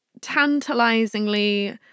tantalizingly